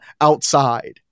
outside